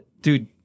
dude